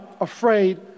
afraid